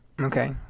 Okay